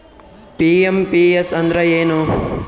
IMPS ಅಂದ್ರ ಏನು?